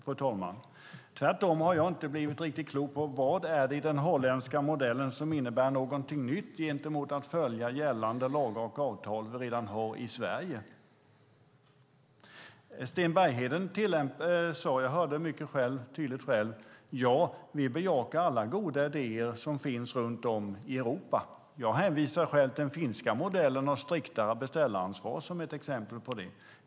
Däremot har jag inte blivit riktigt klok vad det är i den holländska modellen som innebär någonting nytt gentemot nu gällande lagar och avtal i Sverige. Jag hörde mycket tydligt att Sten Bergheden sade: Ja, vi bejakar alla goda idéer som finns runt om i Europa. Själv hänvisar jag till den finska modellen med striktare beställaransvar som ett exempel.